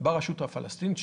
ברשות הפלסטינית,